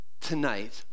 tonight